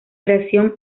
reacción